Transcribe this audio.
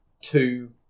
two